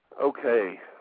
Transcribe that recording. Okay